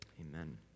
Amen